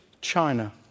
China